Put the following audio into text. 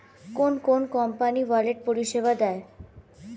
কোন কোন company wallet পরিষেবা দেয়?